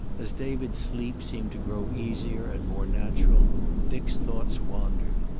as david's sleep seemed to grow easier and more natural dick's thoughts wandered.